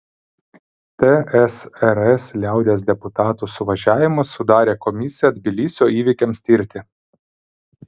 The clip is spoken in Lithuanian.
tsrs liaudies deputatų suvažiavimas sudarė komisiją tbilisio įvykiams tirti